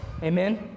Amen